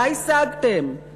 מה השגתם?